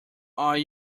are